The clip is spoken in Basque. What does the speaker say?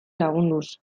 lagunduz